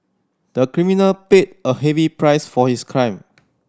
the criminal paid a heavy price for his crime